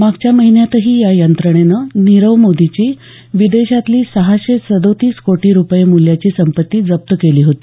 मागच्या महिन्यातही या यंत्रणेनं नीरव मोदीची विदेशातली सहाशे सदोतीस कोटी रुपये मूल्याची संपत्ती जप्त केली होती